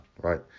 right